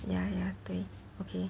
ya ya 对 okay